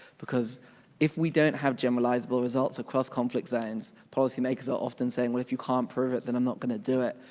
because if we don't have generalizable results across conflict zones, policy makers are often saying, well, if you can't prove it, then i'm not gonna do it.